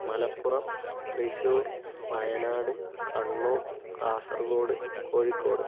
Malappuram Thrissur Wayanad Kannur Kasaragod Kozhikode